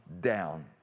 down